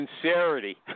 sincerity